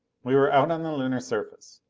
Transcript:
we were out on the lunar surface.